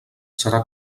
serà